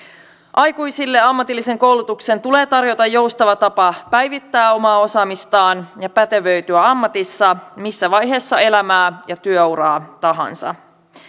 aikuisille ammatillisen koulutuksen tulee tarjota joustava tapa päivittää omaa osaamistaan ja pätevöityä ammatissa missä vaiheessa elämää ja työuraa tahansa